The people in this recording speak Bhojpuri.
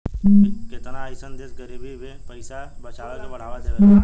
केतना अइसन देश गरीबी में भी पइसा बचावे के बढ़ावा देवेला